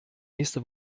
nächste